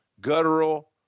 guttural